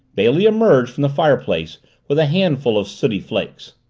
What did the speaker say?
bailey emerged from the fireplace with a handful of sooty flakes.